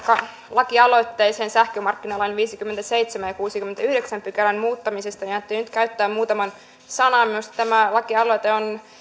lakialoitteeseen sähkömarkkinalain viidennenkymmenennenseitsemännen pykälän ja kuudennenkymmenennenyhdeksännen pykälän muuttamisesta niin ajattelin nyt käyttää muutaman sanan minusta tämä lakialoite on